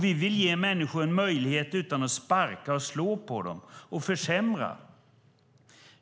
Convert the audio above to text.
Vi vill ge människor en möjlighet utan att sparka och slå på dem och försämra.